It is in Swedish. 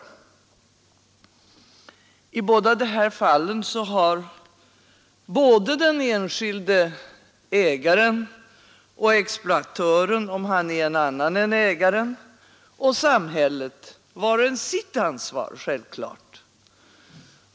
I båda dessa fall har självklart den enskilde ägaren, exploatören — om han är en annan än ägaren — och samhället var och en sitt ansvar.